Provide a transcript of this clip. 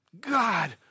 God